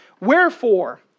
wherefore